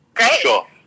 Sure